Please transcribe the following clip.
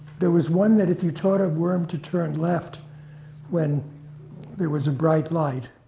there was one that if you taught a worm to turn left when there was a bright light,